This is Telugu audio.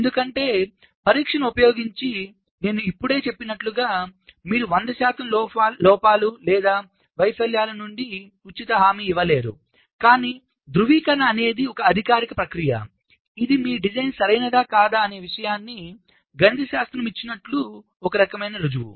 ఎందుకంటే పరీక్షను ఉపయోగించి నేను ఇప్పుడే చెప్పినట్లుగా మీరు 100 శాతం లోపాలు లేదా వైఫల్యాల నుండి ఉచిత హామీ ఇవ్వలేరు కాని ధృవీకరణ అనేది ఒక అధికారిక ప్రక్రియ ఇది మీ డిజైన్ సరైనదేనా కాదా అనే విషయాన్ని గణితశాస్త్రంలో ఇచ్చినట్లు ఒకరకమైన రుజువు